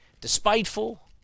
despiteful